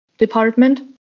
Department